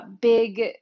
big